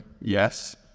yes